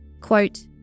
Quote